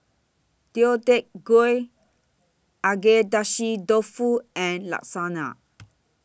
Deodeok Gui Agedashi Dofu and Lasagna